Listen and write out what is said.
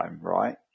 right